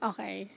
Okay